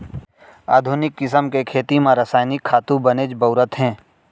आधुनिक किसम के खेती म रसायनिक खातू बनेच बउरत हें